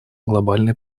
глобальной